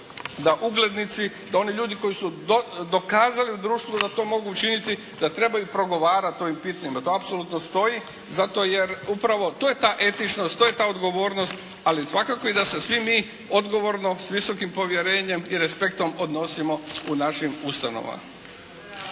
da uglednici, da oni ljudi koji su dokazali u društvu da to mogu učiniti da trebaju progovarati o ovim pitanjima. Da apsolutno stoji zato jer upravo, to je ta etičnost, to je ta odgovornost, ali svakako i da se svi mi odgovorno s visokim povjerenjem i respektom odnosimo u našim ustanovama.